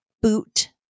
boot